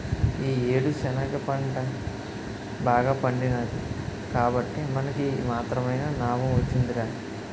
ఈ యేడు శనగ పంట బాగా పండినాది కాబట్టే మనకి ఈ మాత్రమైన నాబం వొచ్చిందిరా